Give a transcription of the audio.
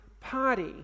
party